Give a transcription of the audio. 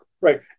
Right